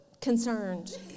concerned